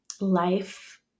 life